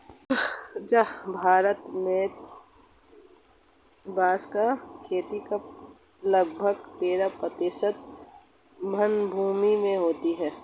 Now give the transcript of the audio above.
भारत में बाँस की खेती लगभग तेरह प्रतिशत वनभूमि में होती है